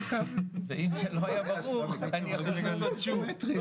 ואם זה לא היה ברור אני יכול לנסות שוב.